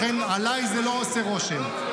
לכן, עליי זה לא עושה רושם.